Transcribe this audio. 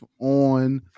on